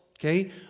okay